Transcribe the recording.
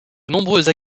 nombreuses